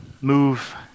move